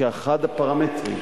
כאחד הפרמטרים.